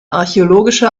archäologische